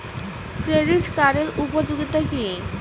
Credit কার্ডের উপযোগিতা কি?